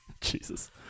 Jesus